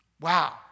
Wow